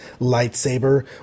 lightsaber